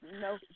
no